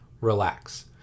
relax